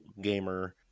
gamer